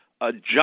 adjust